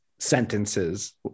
sentences